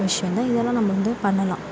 விஷயம் தான் இதெல்லாம் நம்ம வந்து பண்ணலாம்